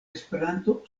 esperanto